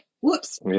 Whoops